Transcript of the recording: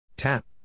Tap